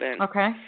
Okay